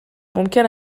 ممکن